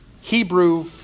Hebrew